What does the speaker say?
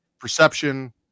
perception